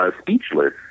speechless